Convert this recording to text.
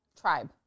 tribe